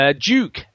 Duke